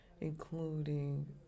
including